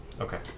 Okay